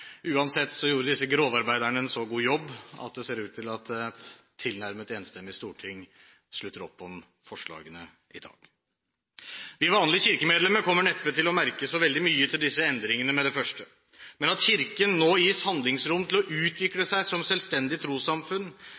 Uansett gjorde disse grovarbeiderne en så god jobb at det ser ut til at et tilnærmet enstemmig storting slutter opp om forslagene i dag. Vi vanlige kirkemedlemmer kommer neppe til å merke så veldig mye til disse endringene med det første, men at Kirken nå gis handlingsrom til å utvikle seg som selvstendig trossamfunn,